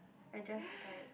I just like